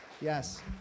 Yes